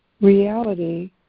reality